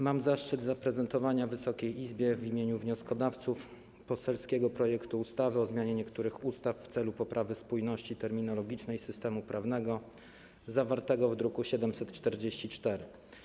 Mam zaszczyt zaprezentowania Wysokiej Izbie w imieniu wnioskodawców poselskiego projektu ustawy o zmianie niektórych ustaw w celu poprawy spójności terminologicznej systemu prawnego, zawartego w druku 744.